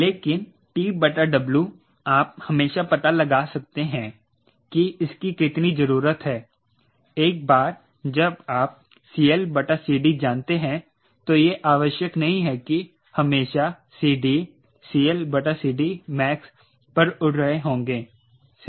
लेकिन TW आप हमेशा पता लगा सकते हैं कि इसकी कितनी ज़रूरत है एक बार जब आप CLCD जानते हैं तो यह आवश्यक नहीं है कि आप हमेशा CD CLCDmax पर उड़ रहे होंगे सही